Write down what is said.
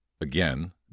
Again